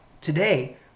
today